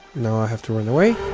now i have to run away?